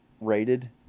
rated